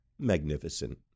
Magnificent